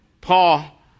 Paul